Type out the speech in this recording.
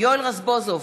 יואל רזבוזוב,